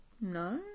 no